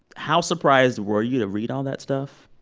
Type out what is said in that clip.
how surprised were you to read all that stuff?